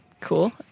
Cool